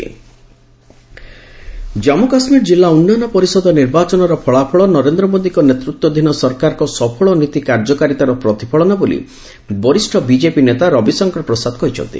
ପ୍ରସାଦ JK election Jammu Kashmir ଜିଲ୍ଲା ଉନ୍ନୟନ ପରିଷଦ ନିର୍ବାଚନର ଫଳାଫଳ ନରେନ୍ଦ୍ର ମୋଦୀଙ୍କର ନେତୃତ୍ୱାଧୀନ ସରକାରଙ୍କ ସଫଳ ନୀତି କାର୍ଯ୍ୟକାରୀତାର ପ୍ରତିଫଳନ ବୋଲି ବରିଷ୍ଣ ବିଜେପି ନେତା ରବିଶଙ୍କର ପ୍ରସାଦ କହିଛନ୍ତି